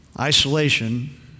Isolation